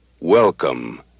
welcome